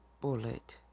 bullet